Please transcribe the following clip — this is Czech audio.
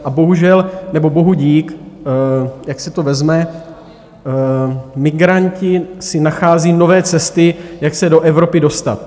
A bohužel, nebo bohudík, jak se to vezme, migranti si nachází nové cesty, jak se do Evropy dostat.